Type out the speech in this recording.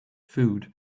food